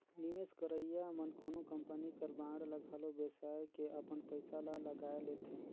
निवेस करइया मन कोनो कंपनी कर बांड ल घलो बेसाए के अपन पइसा ल लगाए लेथे